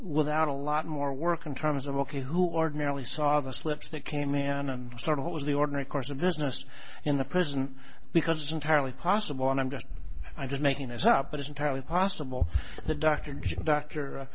without a lot more work in terms of ok who ordinarily saw the slips that came in and sort of what was the ordinary course of business in the present because entirely possible and i'm just i'm just making this up but it's entirely possible the doctor doctor